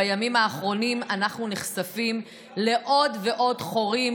בימים האחרונים אנחנו נחשפים לעוד ועוד חורים